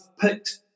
picked